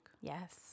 Yes